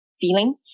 feeling